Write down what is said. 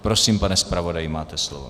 Prosím, pane zpravodaji, máte slovo.